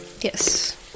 Yes